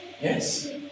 Yes